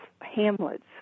hamlets